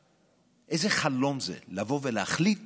איזה חלום זה לבוא ולהחליט